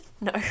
No